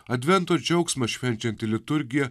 advento džiaugsmą švenčianti liturgija